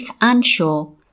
unsure